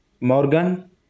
Morgan